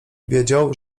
wiedział